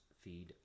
feed